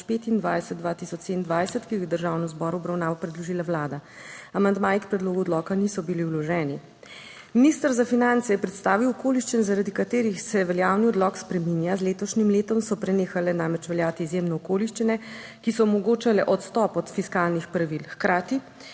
2025-2027, ki ga je Državnemu zboru v obravnavo predložila Vlada. Amandmaji k predlogu odloka niso bili vloženi. Minister za finance je predstavil okoliščine zaradi katerih se veljavni odlok spreminja. Z letošnjim letom so prenehale namreč veljati izjemne okoliščine, ki so omogočale odstop od fiskalnih pravil, hkrati